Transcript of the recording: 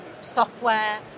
software